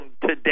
today